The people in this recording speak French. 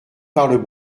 parlent